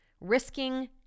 risking